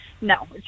No